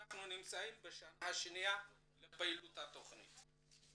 אנחנו נמצאים בשנה השנייה לפעילות התכנית.